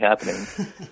happening